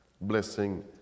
blessing